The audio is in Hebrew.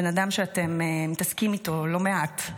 בן אדם שאתם מתעסקים איתו לא מעט,